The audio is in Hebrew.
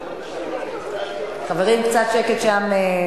חברים, קצת שקט שם.